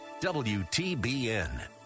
WTBN